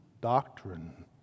doctrine